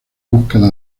búsqueda